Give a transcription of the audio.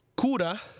Cura